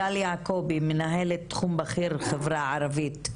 גל יעקובי מנהלת תחום בכיר בחברה הערבית.